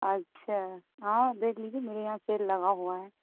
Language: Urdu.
اچھا ہاں دیکھ لیجیے میرے یہاں سیل لگا ہوا ہے